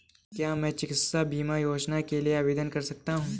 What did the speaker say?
क्या मैं चिकित्सा बीमा योजना के लिए आवेदन कर सकता हूँ?